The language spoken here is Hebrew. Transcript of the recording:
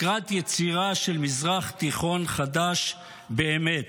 לקראת יצירה של מזרח תיכון חדש באמת.